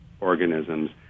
organisms